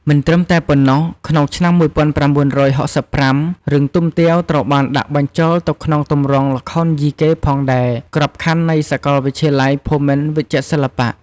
មិនត្រឹមតែប៉ុណ្ណោះ ក្នុងឆ្នាំ ១៩៦៥ រឿងទុំទាវ ត្រូវបានដាក់បញ្ចូលទៅក្នុងទម្រង់ល្ខោនយីកេផងដែរ ក្របខណ្ឌនៃសកលវិទ្យាល័យភូមិន្ទវិចិត្រសិល្បៈ។